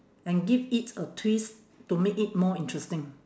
and give it a twist to make it more interesting